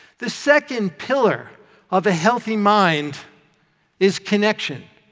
the second pillar of a healthy mind is connection.